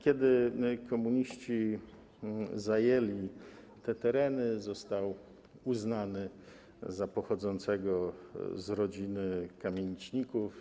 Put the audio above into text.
Kiedy komuniści zajęli te tereny, został uznany za pochodzącego z rodziny kamieniczników.